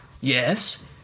Yes